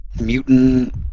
mutant